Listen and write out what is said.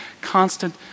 constant